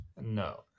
no